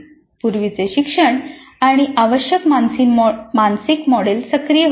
पूर्वीचे शिक्षण आणि आवश्यक मानसिक मॉडेल सक्रिय होते